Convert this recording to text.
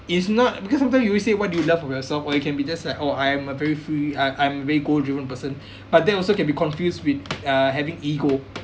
it's not because sometime you will say what do you love about yourself or it can be just like oh I'm a very free I I'm very goal-driven person but that also can be confused with uh having ego